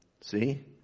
See